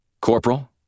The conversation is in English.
Corporal